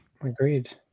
Agreed